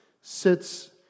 sits